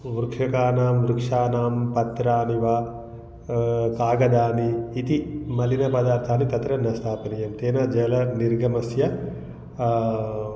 वृक्षाणां वृक्षाणां पत्राणि वा कागदानि इति मलिन पदार्थाः तत्र न स्थापनीयं तेन जलनिर्गमस्य